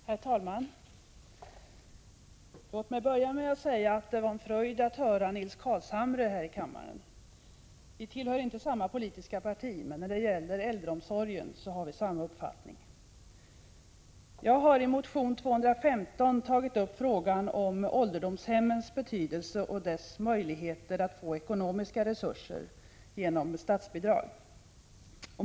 Herr talman! Låt mig börja med att säga att det var en fröjd att höra Nils Carlshamre tala inför kammaren. Vi tillhör inte samma politiska parti, men när det gäller äldreomsorgen har vi samma uppfattning. Jag har i motion 215 tagit upp frågan om ålderdomshemmens betydelse och deras möjligheter att få ekonomiska resurser genom statsbidrag.